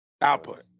Output